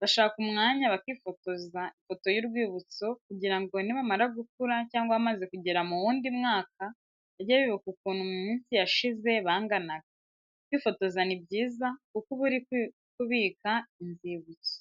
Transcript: bashaka umwanya bakifotoza ifoto y'urwibutso kugira ngo nibamara gukura cyangwa bamaze kugera mu wundi mwaka bajye bibuka ukuntu mu minsi yashize banganaga. Kwifotoza ni byiza kuko uba uri kubika inzibutso.